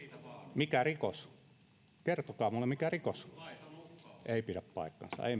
mikä rikos kertokaa minulle mikä rikos ei pidä paikkaansa ei